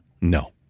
No